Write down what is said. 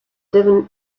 devon